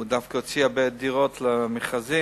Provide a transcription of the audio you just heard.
הוא דווקא הוציא הרבה דירות למכרזים,